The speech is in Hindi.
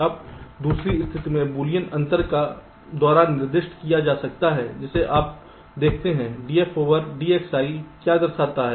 अब दूसरी स्थिति को बूलियन अंतर द्वारा निर्दिष्ट किया जा सकता है जिसे आप देखते हैं df dXi क्या दर्शाता है